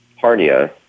Harnia